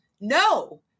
no